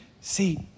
See